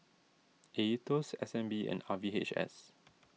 Aetos S N B and R V H S